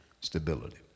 stability